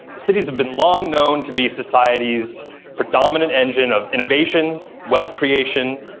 cities have been long known to be societies predominant engine of innovation, wealth creation,